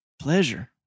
Pleasure